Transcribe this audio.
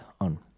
on